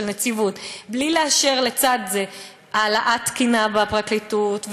נציבות בלי לאשר לצד זה העלאת תקינה בפרקליטות,